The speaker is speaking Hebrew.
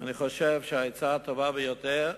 אני חושב שהעצה הטובה ביותר,